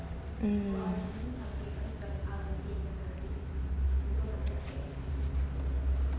mm